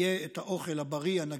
יהיה את האוכל הבריא, הנגיש,